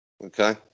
Okay